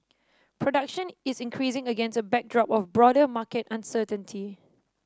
production is increasing against a backdrop of broader market uncertainty